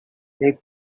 they